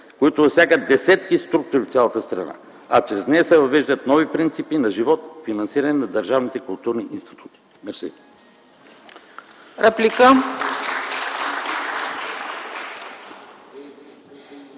които засягат десетки структури в цялата страна, а чрез нея се въвеждат нови принципи на живот, финансиран от държавните